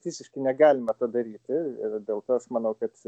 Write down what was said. fiziškai negalime to daryti ir dėl to aš manau kad